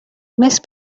مصر